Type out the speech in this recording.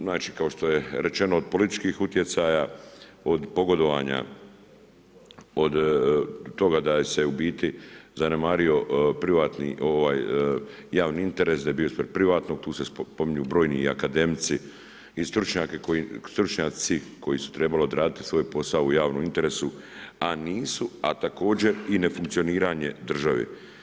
Znači kao što je rečeno od političkih utjecaja, od pogodovanja, od toga da se u biti zanemario privatni, ovaj javni interes, da je bio ispred privatnog, tu se spominju brojni i akademici i stručnjaci koji su trebali odraditi svoj posao u javnom interesu, a nisu, a također i nefunkcioniranje države.